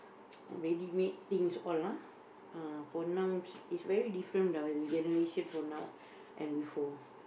ready made things all lah uh for now it's very different our generation for now and before